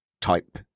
Type